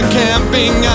camping